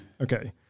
okay